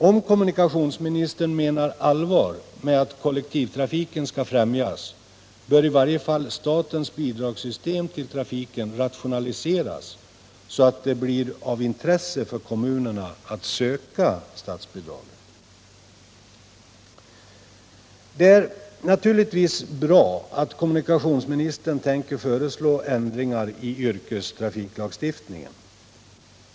Om kommunikationsministern menar allvar med att kollektivtrafiken skall främjas, bör i varje fall statens bidragssystem till trafiken rationaliseras, så att det blir av intresse för kommunerna att söka statsbidraget. Det är naturligtvis bra att kommunikationsministern tänker föreslå ändringar i yrkestrafiklagstiftningen.